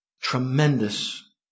tremendous